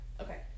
Okay